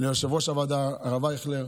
ליושב-ראש הוועדה הרב אייכלר,